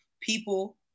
people